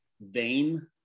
vain